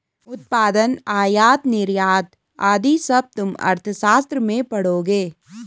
उत्पादन, आयात निर्यात आदि सब तुम अर्थशास्त्र में पढ़ोगे